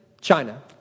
China